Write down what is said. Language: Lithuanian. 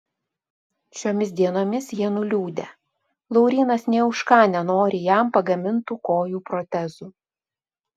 šiomis dienomis jie nuliūdę laurynas nė už ką nenori jam pagamintų kojų protezų